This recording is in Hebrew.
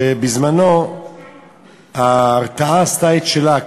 שבזמנו ההרתעה עשתה את שלה.